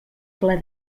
ple